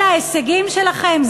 אלה ההישגים שלכם?